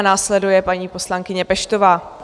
Následuje paní poslankyně Peštová.